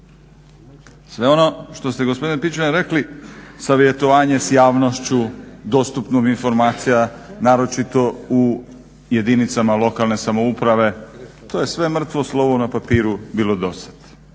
Sve ono što ste gospodine Pičuljan rekli, savjetovanje s javnošću, dostupnom informacija naročito u jedinicama lokalne samouprave, to je sve mrtvo slovo na papiru bilo dosad.